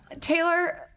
Taylor